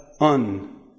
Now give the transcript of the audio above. Un